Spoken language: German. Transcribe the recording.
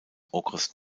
okres